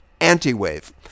anti-wave